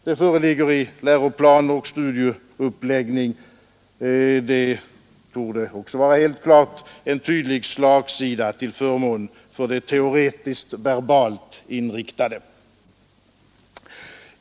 Det torde vara helt klart att läroplan och studieuppläggning har en tydlig slagsida till förmån för de teoretiskt verbalt inriktade.